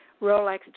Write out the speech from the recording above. Rolex